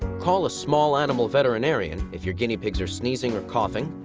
call a small-animal veterinarian if your guinea pigs are sneezing or coughing,